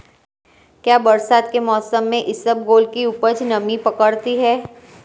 क्या बरसात के मौसम में इसबगोल की उपज नमी पकड़ती है?